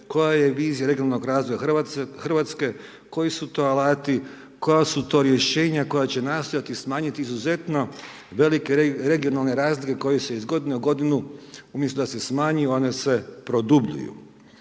koja je vizija regionalnog razvoja Hrvatske, koji su to alati, koja su to rješenja koja će nastojati smanjiti izuzetno velike regionalne razlike koje se iz godine u godinu, umjesto da se smanji, one se produbljuju.